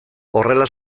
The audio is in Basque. horrela